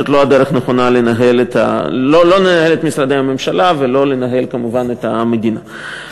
זאת לא הדרך הנכונה לנהל את משרדי הממשלה ולנהל את המדינה,